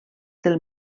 del